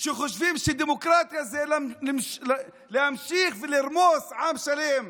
שחושבים שדמוקרטיה זה להמשיך ולרמוס עם שלם?